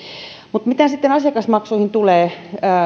mutta mitä sitten asiakasmaksuihin tulee